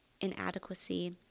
inadequacy